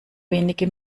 wenige